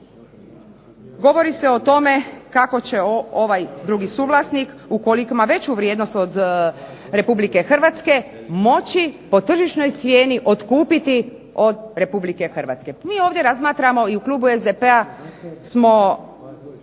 govori se o tome kako će ovaj drugi suvlasnik ukoliko ima veću vrijednost od Republike Hrvatske moći po tržišnoj cijeni otkupiti od Republike Hrvatske. Mi ovdje razmatramo i u klubu SDP-a smo